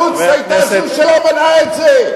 שרת החוץ היתה זו שלא מנעה את זה.